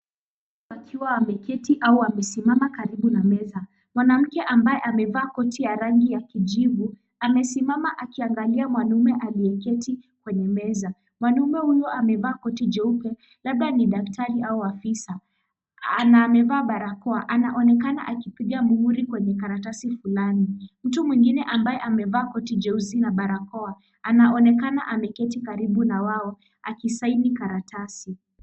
Watu wakiwa wameketi au wamesimama karibu na meza. Mwanamke ambaye amevaa koti ya rangi ya kijivu amesimama akiangalia mwanaume aliyeketi kwenye meza. Mwanaume huyu amevaa koti jeupe labda ni daktari au afisa na amevaa barakoa. Anaonekana akipiga muhuri kwenye karatasi fulani. Mtu mwingine ambaye amevaa koti jeusi na barakoa, anaonekana ameketi karibu nao akisaini karatasi.